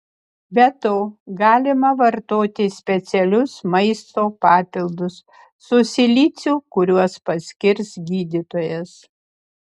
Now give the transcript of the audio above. be to galima vartoti specialius maisto papildus su siliciu kuriuos paskirs gydytojas